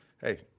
Hey